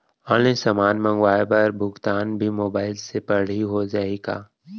Online समान मंगवाय बर भुगतान भी मोबाइल से पड़ही हो जाही का?